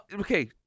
okay